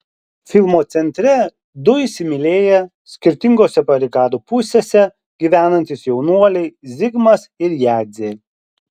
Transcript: filmo centre du įsimylėję skirtingose barikadų pusėse gyvenantys jaunuoliai zigmas ir jadzė